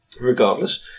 regardless